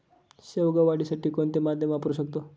शेवगा वाढीसाठी कोणते माध्यम वापरु शकतो?